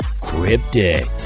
cryptic